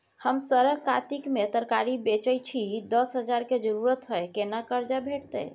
हम सरक कातिक में तरकारी बेचै छी, दस हजार के जरूरत हय केना कर्जा भेटतै?